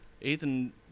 ethan